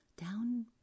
Down